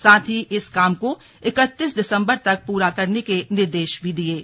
साथ ही इस काम को इकत्तीस दिसंबर तक पूरा करने के निर्देश भी दिये हैं